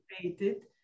created